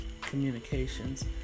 communications